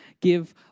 give